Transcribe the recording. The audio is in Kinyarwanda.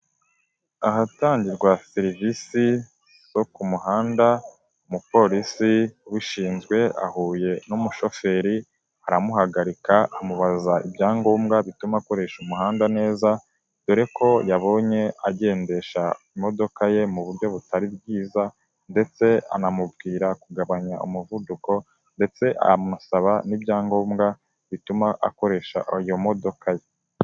Ahatangirwa serivisi zo ku muhanda, umupolisi ubishinzwe ahuye n'umushoferi aramuhagarika, amubaza ibyangombwa bituma akoresha umuhanda neza, dore ko yabonye agendesha imodoka ye mu buryo butari bwiza, ndetse anamubwira kugabanya umuvuduko ndetse amusaba n'ibyangombwa bituma akoresha iyo modoka ye.